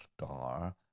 star